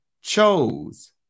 chose